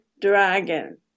Dragon